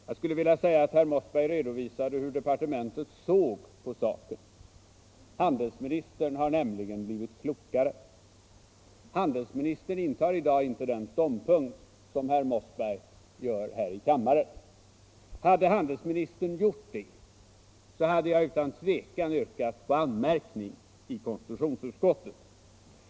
Jag skulle vilja säga att herr Mossberg har redovisat hur departementet såg på saken. Handelsministern har nämligen blivit klokare. Handelsministern intar i dag inte den ståndpunkt som herr Mossberg gör här i kammaren. Hade handelsministern gjort det, hade jag utan tvekan yrkat på anmärkning i konstitutionsutskottet.